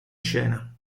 scena